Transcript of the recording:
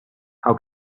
how